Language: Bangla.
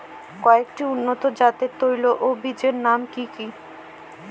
কয়েকটি উন্নত জাতের তৈল ও বীজের নাম কি কি?